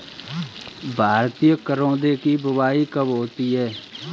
भारतीय करौदे की बुवाई कब होती है?